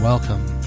Welcome